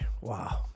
wow